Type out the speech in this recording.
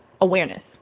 awareness